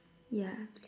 yeah